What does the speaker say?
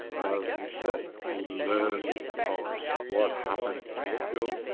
as we said, we learn from what happened in tokyo,